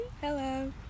Hello